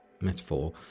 metaphor